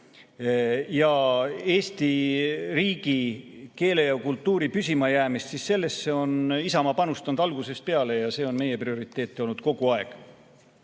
ja Eesti riigi, keele ja kultuuri püsimajäämist, siis sellesse on Isamaa panustanud algusest peale ja see on meie prioriteet olnud kogu aeg.